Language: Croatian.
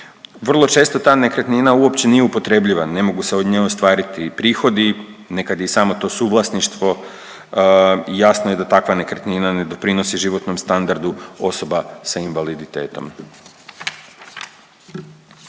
Vrlo često ta nekretnina nije upotrebljiva, ne mogu se od nje ostvariti prihodi, nekad je i samo to suvlasništvo jasno je da takva nekretnina ne doprinosi životnom standardu osoba s invaliditetom,